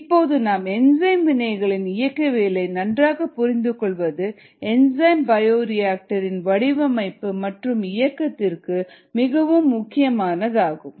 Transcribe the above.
இப்போது நாம் என்சைம் வினைகளின் இயக்கவியலை நன்றாக புரிந்து கொள்வது என்சைம் பயோரியாக்டர் இன் வடிவமைப்பு மற்றும் இயக்கத்திற்கு மிகவும் முக்கியமானதாகும்